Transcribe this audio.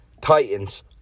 Titans